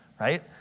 right